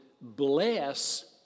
bless